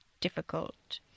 difficult